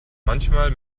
manchmal